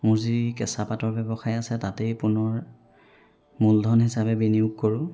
মোৰ যি কেঁচাপাতৰ ব্যৱসায় আছে তাতেই পুনৰ মূলধন হিচাপে বিনিয়োগ কৰোঁ